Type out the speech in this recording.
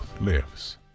lives